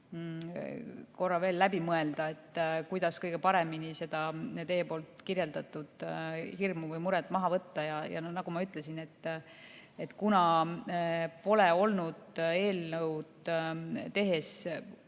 korra veel läbi mõelda, kuidas kõige paremini seda teie kirjeldatud hirmu või muret maha võtta. Nagu ma ütlesin, kuna eelnõu tehes